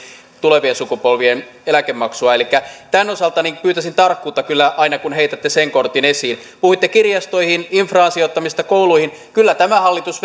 tulevien sukupolvien eläkemaksua tämän osalta pyytäisin tarkkuutta kyllä aina kun heitätte sen kortin esiin puhuitte kirjastoihin infraan kouluihin sijoittamisesta kyllä tämä hallitus